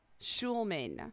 Schulman